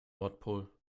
nordpol